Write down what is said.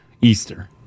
Easter